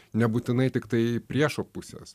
nebūtinai tiktai priešo pusės